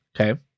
okay